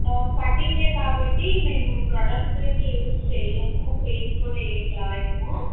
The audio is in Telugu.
కటింగ్ కాబట్టి మేము ప్రోడక్ట్స్ ఏమి యూజ్ చేయము క్రీమ్స్ కూడా ఏమి రాయము